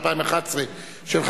אחר, ואז